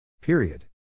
Period